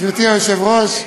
גברתי היושבת-ראש,